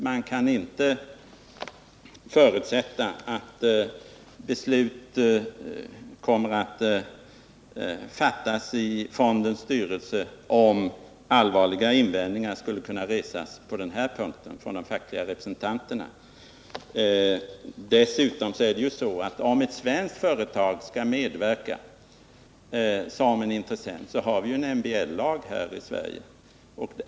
Man kan inte förutsätta att beslut kommer att fattas i fondens styrelse, om allvarliga och befogade invändningar på den här punkten skulle resas av de fackliga representanterna. Om ett svenskt företag skall medverka som intressent måste dessutom hänsyn tas till den fackliga styrelserepresentation och den medbestämmandelag vi har här i Sverige.